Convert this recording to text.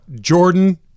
Jordan